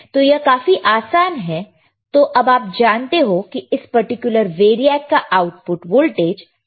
तो यह काफी आसान है तो अब आप जानते हैं कि इस पर्टिकुलर वेरियाक का आउटपुट वोल्टेज क्या है